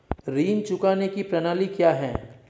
ऋण चुकाने की प्रणाली क्या है?